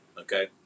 okay